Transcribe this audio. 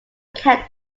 account